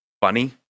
funny